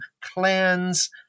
clans